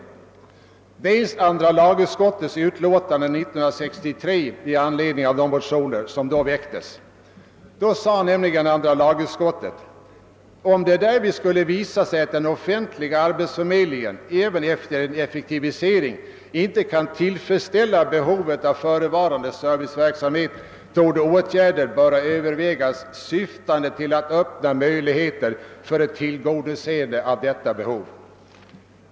År 1963 sade andra lagutskottet i anledning av de motioner som då väcktes att om det skulle visa sig att den offentliga arbetsförmedlingen även efter en effektivisering inte kan tillfredsställa behovet av förevarande serviceverksamhet torde åtgärder böra övervägas, syftande till att öppna möjligheter för ett tillgodoseende av detta behov.